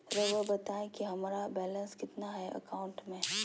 रहुआ बताएं कि हमारा बैलेंस कितना है अकाउंट में?